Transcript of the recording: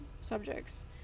subjects